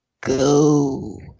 go